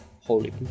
holy